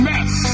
Mess